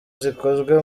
zikozwe